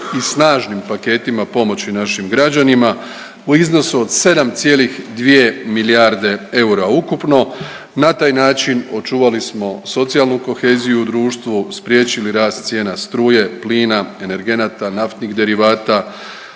i snažnim paketima pomoći našim građanima u iznosu od 7,2 milijarde eura ukupno. Na taj način očuvali smo socijalnu koheziju u društvu, spriječili rast cijena struje, plina, energenata, naftnih derivata,